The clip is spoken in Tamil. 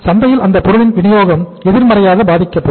சந்தையில் அந்த பொருளின் வினியோகம் எதிர்மறையாக பாதிக்கப்படும்